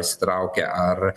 įsitraukia ar